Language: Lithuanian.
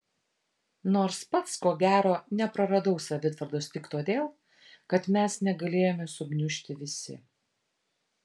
nors pats ko gero nepraradau savitvardos tik todėl kad mes negalėjome sugniužti visi